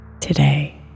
today